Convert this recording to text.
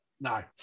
No